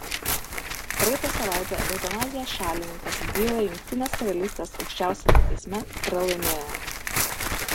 praeitą savaitę eutanazijos šalininkas bylą jungtinės karalystės aukščiausiame teisme pralaimėjo